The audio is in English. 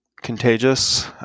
contagious